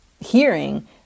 hearing